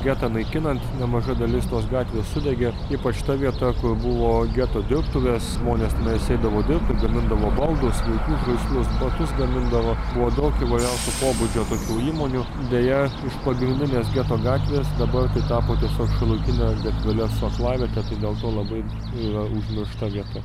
getą naikinant nemaža dalis tos gatvės sudegė ypač ta vieta kur buvo geto dirbtuvės žmonės tenais eidavo dirbti gamindavo baldus vaikų žaislus batus gamindavo buvo daug įvairiausio pobūdžio tokių įmonių deja iš pagrindinės geto gatvės dabar tai tapo tiesiog šalutine gatvele su aklaviete tai dėl to labai yra užmiršta vieta